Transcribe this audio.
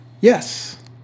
Yes